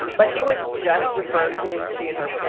but he was just referring to me and she, and her,